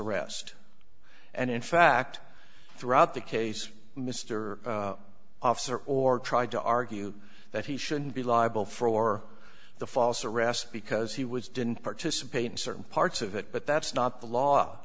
arrest and in fact throughout the case mr officer or tried to argue that he shouldn't be liable for the false arrest because he was didn't participate in certain parts of it but that's not the law